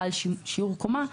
בעל שיעור קומה,